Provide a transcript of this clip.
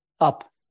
Up